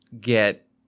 get